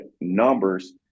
numbers